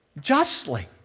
justly